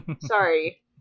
Sorry